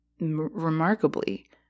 remarkably